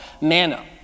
manna